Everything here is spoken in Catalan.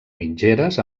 mitgeres